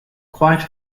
quite